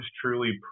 truly